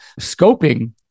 Scoping